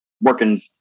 working